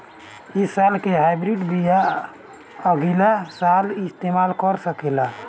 इ साल के हाइब्रिड बीया अगिला साल इस्तेमाल कर सकेला?